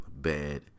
bad